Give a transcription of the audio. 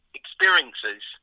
experiences